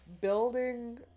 Building